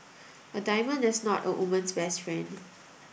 a diamond is not a woman's best friend